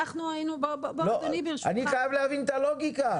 אני חייב להבין את הלוגיקה,